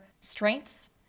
strengths